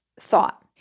thought